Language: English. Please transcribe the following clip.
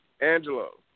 Angelo